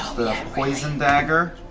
ah the poison dagger,